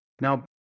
now